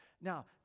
Now